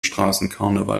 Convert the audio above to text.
straßenkarneval